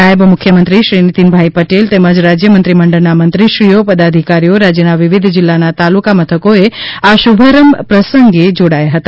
નાયબ મુખ્યમંત્રી શ્રી નીતિનભાઇ પટેલ તેમજ રાજ્ય મંત્રીમંડળના મંત્રીશ્રીઓ પદાધિકારીઓ રાજ્યના વિવિધ જિલ્લાના તાલુકા મથકોએ આ શુભારંભ અવસરે જોડાયા હતા